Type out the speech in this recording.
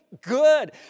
good